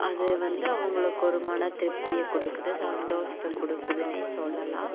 அது வந்து அவங்களுக்கு ஒரு மன திருப்தியை கொடுக்குது சந்தோஷத்தை கொடுக்குதுனே சொல்லலாம்